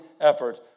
effort